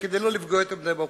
כדי לא לפגוע יותר מדי באוכלוסייה.